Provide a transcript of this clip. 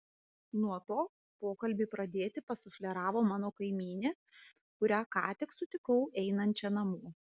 nuo to pokalbį pradėti pasufleravo mano kaimynė kurią ką tik sutikau einančią namo